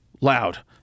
loud